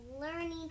learning